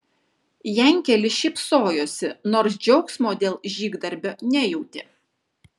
jankelis šypsojosi nors džiaugsmo dėl žygdarbio nejautė